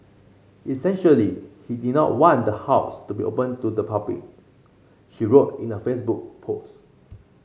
essentially he did not want the house to be open to the public she wrote in a Facebook post